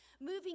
moving